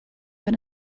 been